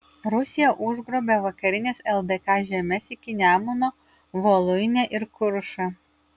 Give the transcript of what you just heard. rusija užgrobė vakarines ldk žemes iki nemuno voluinę ir kuršą